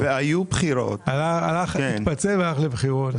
הוא התפצל והלך לבחירות.